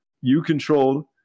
you-controlled